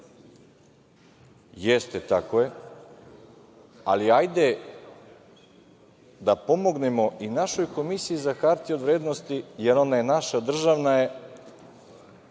Jeste, tako je. Ali, hajde da pomognemo i našoj Komisiji za hartije od vrednosti, jer ona je naša, državna je